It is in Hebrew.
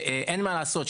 אין מה לעשות,